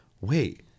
wait